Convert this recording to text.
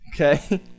Okay